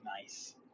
nice